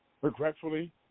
Regretfully